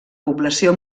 població